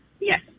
Yes